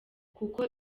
kuko